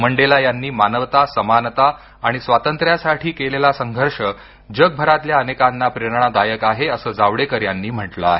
मंडेला यांनी मानवता समानता आणि स्वातंत्र्यासाठी केलेला संघर्ष जगभरातल्या अनेकांना प्रेरणादायक आहे असं जावडेकर यांनी म्हटलं आहे